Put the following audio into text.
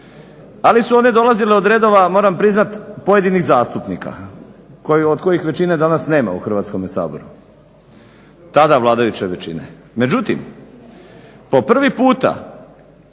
Ali su one dolazile od redova moram priznati pojedinih zastupnika od kojih većine danas nema u Hrvatskome saboru, tada vladajuće većine. Međutim, po prvi puta